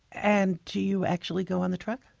and do you actually go on the truck?